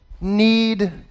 need